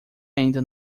ainda